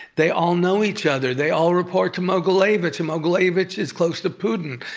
they all know each other. they all report to mogilevich, and mogilevich is close to putin.